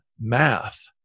math